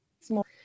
small